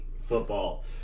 football